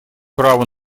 право